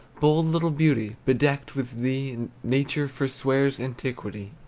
bold little beauty, bedecked with thee, nature forswears antiquity.